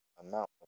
amount